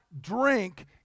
drink